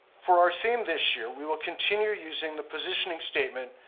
for our theme this year, we will continue using the positioning statement,